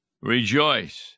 rejoice